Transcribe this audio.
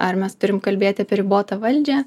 ar mes turim kalbėti apie ribotą valdžią